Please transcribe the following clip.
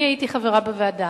ואני הייתי חברה בוועדה.